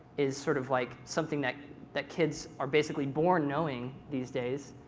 is sort of like something that that kids are basically born knowing these days.